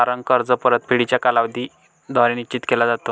तारण कर्ज परतफेडीचा कालावधी द्वारे निश्चित केला जातो